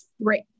Right